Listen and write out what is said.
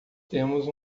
temos